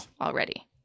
already